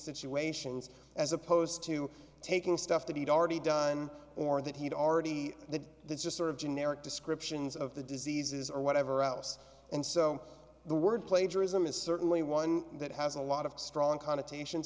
situations as opposed to taking stuff to eat already done or that he'd already that the just sort of generic descriptions of the diseases or whatever else and so the word plagiarism is certainly one that has a lot of strong connotations